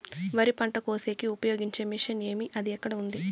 వరి పంట కోసేకి ఉపయోగించే మిషన్ ఏమి అది ఎక్కడ ఉంది?